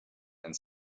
and